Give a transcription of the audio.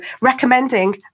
recommending